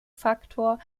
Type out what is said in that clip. faktor